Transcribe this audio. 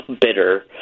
bitter